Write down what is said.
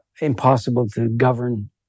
impossible-to-govern